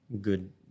good